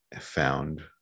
found